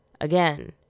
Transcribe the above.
Again